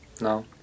No